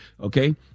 okay